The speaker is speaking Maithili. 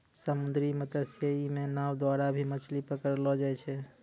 समुन्द्री मत्स्यिकी मे नाँव द्वारा भी मछली पकड़लो जाय छै